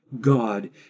God